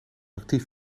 actief